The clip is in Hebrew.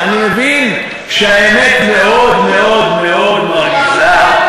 אני מבין שהאמת מאוד מאוד מאוד מרגיזה.